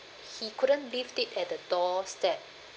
he couldn't leave it at the doorstep